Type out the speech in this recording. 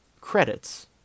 Credits